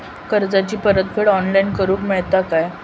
कर्जाची परत फेड ऑनलाइन करूक मेलता काय?